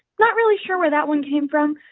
not really sure where that one came from,